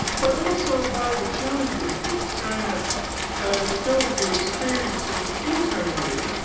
but also by the challenges which china and still will be experiencing internally.